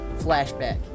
Flashback